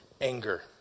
anger